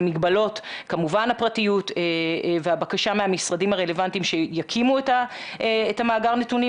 במגבלות הפרטיות והבקשה מהמשרדים הרלוונטיים שיקימו את מאגר הנתונים